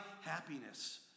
happiness